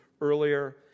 earlier